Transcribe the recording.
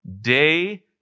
day